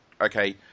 okay